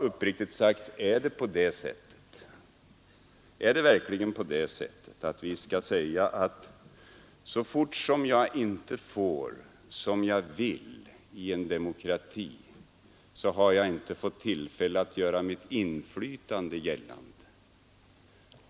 Uppriktigt sagt: Är det verkligen på det sättet i en demokrati att man, så fort man inte får som man vill, bara kan säga att man inte har fått tillfälle att göra sitt inflytande gällande?